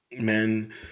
men